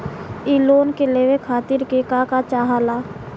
इ लोन के लेवे खातीर के का का चाहा ला?